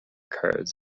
cards